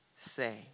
Say